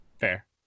Fair